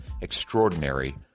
Extraordinary